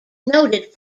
noted